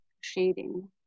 shading